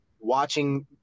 watching